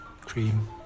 cream